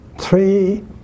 three